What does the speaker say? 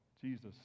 Jesus